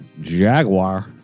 Jaguar